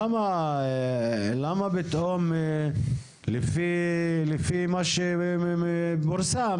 למה פתאום לפי מה שפורסם,